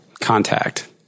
contact